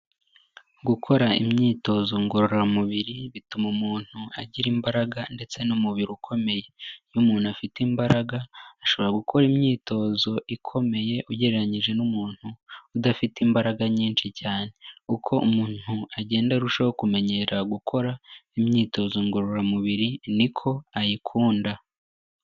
Gukora imyitozo ngororamubiri bituma umuntu agira imbaraga ndetse n'umubiri ukomeye, iyo umuntu afite imbaraga, ashobora gukora imyitozo ikomeye ugereranyije n'umuntu udafite imbaraga nyinshi cyane, uko umuntu agenda arushaho kumenyera gukora imyitozo ngororamubiri ni uko ayikunda.